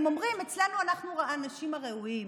הם אומרים: אנחנו האנשים הראויים.